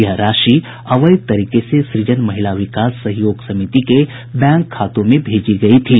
यह राशि अवैध तरीके से सूजन महिला विकास सहयोग समिति के बैंक खातों में भेजी गयी थी